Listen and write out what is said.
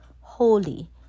holy